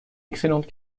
excellente